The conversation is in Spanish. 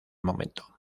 momento